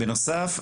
בנוסף,